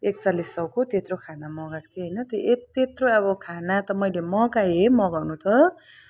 एकचालिस सयको त्यत्रो खाना मगाएको थिएँ होइन ए त्यत्रो अब खाना त मैले मगाएँ मगाउनु त